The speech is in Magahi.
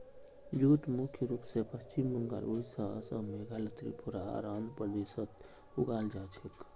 जूट मुख्य रूप स पश्चिम बंगाल, ओडिशा, असम, मेघालय, त्रिपुरा आर आंध्र प्रदेशत उगाल जा छेक